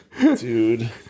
Dude